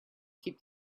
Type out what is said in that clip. keep